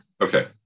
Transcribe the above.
Okay